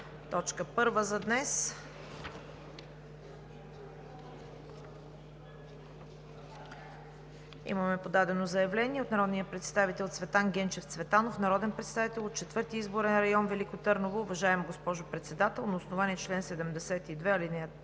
точка първа за днес. Имаме подадено заявление от народния представител Цветан Генчев Цветанов, народен представител от Четвърти изборен район – Велико Търново: „Уважаема госпожо Председател, на основание чл. 72, ал.